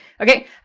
Okay